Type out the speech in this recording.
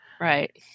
Right